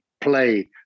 play